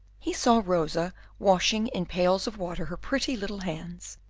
he saw rosa washing in pails of water her pretty little hands,